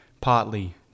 partly